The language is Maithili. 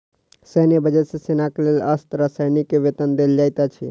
सैन्य बजट सॅ सेनाक लेल अस्त्र आ सैनिक के वेतन देल जाइत अछि